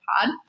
pod